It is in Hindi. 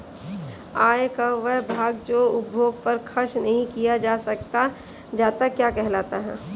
आय का वह भाग जो उपभोग पर खर्च नही किया जाता क्या कहलाता है?